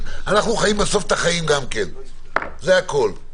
אנחנו חיים בסוף את החיים גם כן, זה הכול.